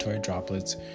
droplets